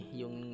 yung